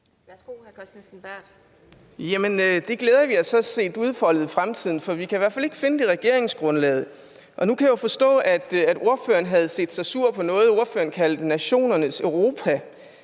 Kenneth Kristensen Berth (DF): Jamen det glæder vi os så til at se udfoldet i fremtiden, for vi kan i hvert fald ikke finde det i regeringsgrundlaget. Nu kan jeg forstå, at ordføreren har set sig sur på noget, som ordføreren kaldte nationernes Europa.